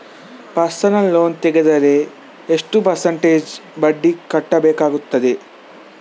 Personal loan ತೆಗೆದರೆ ಎಷ್ಟು percentage ಬಡ್ಡಿ ಕಟ್ಟಬೇಕಾಗುತ್ತದೆ?